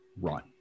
run